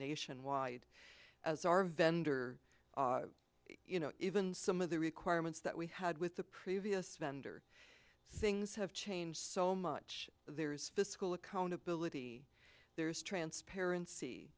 nationwide as our vendor you know even some of the requirements that we had with the previous vendor things have changed so much there is fiscal accountability there's transparency